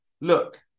Look